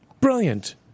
brilliant